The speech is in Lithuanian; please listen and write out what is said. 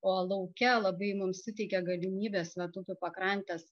o lauke labai mums suteikia galimybes upių pakrantės